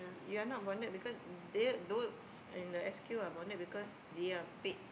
you are not bonded because they are those in the S_Q are bonded because they are paid